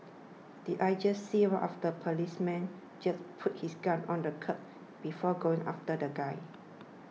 did I just see one of the policemen just put his gun on the curb before going after the guy